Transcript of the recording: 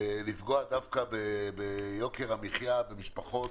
דווקא ביוקר המחיה במשפחות